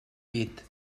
llit